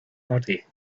body